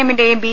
എമ്മിന്റെയും B